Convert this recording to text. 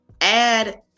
add